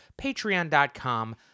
patreon.com